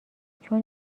چون